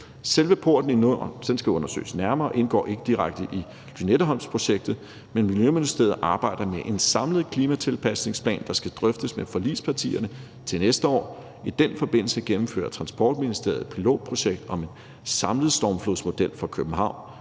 nærmere og indgår ikke direkte i Lynetteholmprojektet, men Miljøministeriet arbejder med en samlet klimatilpasningsplan, der skal drøftes med forligspartierne til næste år. I den forbindelse gennemfører Transportministeriet et pilotprojekt om en samlet stormflodsmodel for København,